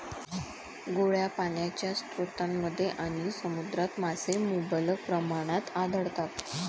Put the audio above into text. गोड्या पाण्याच्या स्रोतांमध्ये आणि समुद्रात मासे मुबलक प्रमाणात आढळतात